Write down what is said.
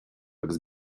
agus